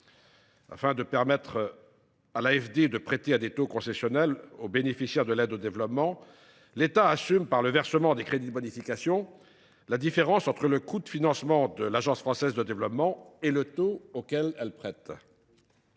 Afin de permettre à l’AFD de prêter à des taux concessionnels aux bénéficiaires de l’aide au développement, l’État assume, par le versement de crédits de bonification, la différence entre le coût de financement de l’AFD et le taux auquel elle prête.